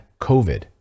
COVID